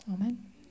Amen